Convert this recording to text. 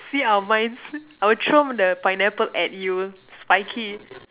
see our minds I will throw the pineapple at you spiky